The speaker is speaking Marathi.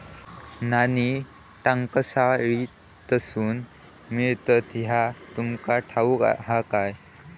नाणी टांकसाळीतसून मिळतत ह्या तुमका ठाऊक हा काय